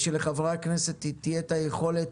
ושלחברי הכנסת תהיה היכולת